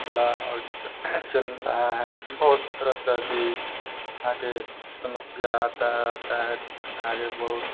चला और चल रहा है बहुत तरह तरह की के समस्या आता है आता है आगे बहुत